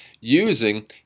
using